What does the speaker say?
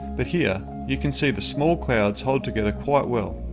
but here you can see the small clouds hold together quite well.